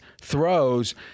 throws